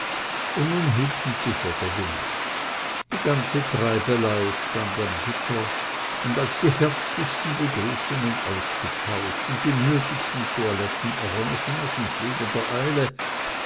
und nun hielten sie vor der villa die ganze treibelei stand am gitter und als die herzlichsten begrüßungen ausgetauscht und die nötigsten toiletten arrangements in fliegender eile